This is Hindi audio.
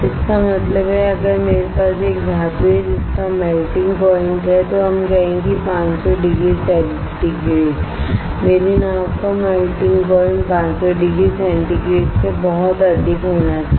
इसका मतलब है कि अगर मेरे पास एक धातु है जिसका मेल्टिंग प्वाइंट है तो हम कहें कि 500 डिग्री सेंटीग्रेड मेरी नाव का मेल्टिंग प्वाइंट 500 डिग्री सेंटीग्रेड से बहुत अधिक होना चाहिए